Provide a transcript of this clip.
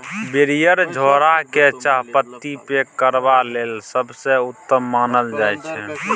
barrier झोरा केँ चाहपत्ती पैक करबा लेल सबसँ उत्तम मानल जाइ छै